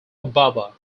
ababa